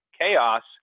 Chaos